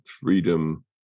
freedom